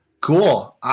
Cool